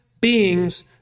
beings